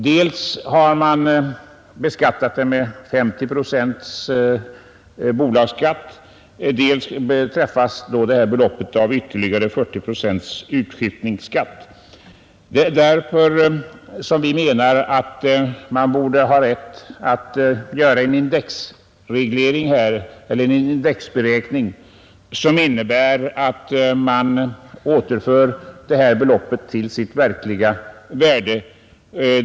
Dels har man belagt det med 50 procents bolagsskatt, dels träffas det av ytterligare 40 procents utskiftningsskatt. Vi menar att man borde ha rätt att göra en indexberäkning, som innebär att man återför beloppet till dess verkliga värde.